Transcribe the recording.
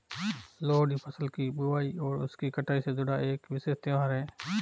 लोहड़ी फसल की बुआई और उसकी कटाई से जुड़ा एक विशेष त्यौहार है